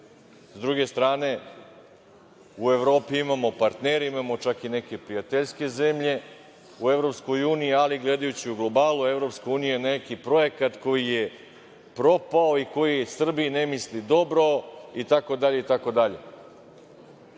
S druge strane, u Evropi imamo partnere, imamo čak i neke prijateljske zemlje u EU, ali, gledajući u globalu EU neki projekat koji je propao i koji Srbiji ne misli dobro, itd,